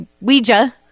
Ouija